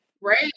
right